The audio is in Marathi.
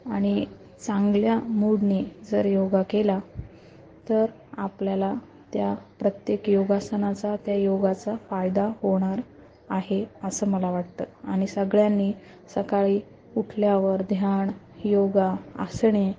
आणि चांगल्या मूडने जर योगा केला तर आपल्याला त्या प्रत्येक योगासनाचा त्या योगाचा फायदा होणार आहे असं मला वाटतं आणि सगळ्यांनी सकाळी उठल्यावर ध्यान योगा आसने